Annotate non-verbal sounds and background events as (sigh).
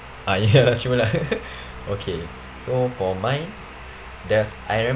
uh ya true lah (laughs) okay so for mine there's I remember